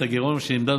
הגירעון שנמדד,